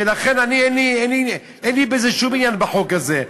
ולכן אין לי בזה שום עניין, בחוק הזה.